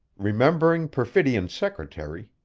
remembering perfidion's secretary,